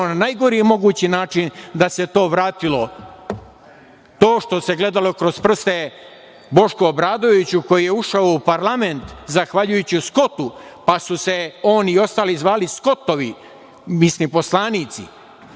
na najgori mogući način da se to vratilo, to što se gledalo kroz prste Bošku Obradoviću, koji je ušao u parlament zahvaljujući Skotu, pa su se on i ostali zvali Skotovi, mislim poslanici,